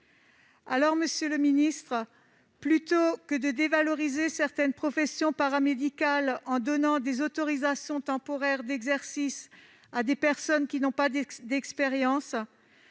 Monsieur le ministre, plutôt que de dévaloriser certaines professions paramédicales en accordant des autorisations temporaires d'exercice à des personnes qui n'ont pas d'expérience,